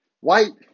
White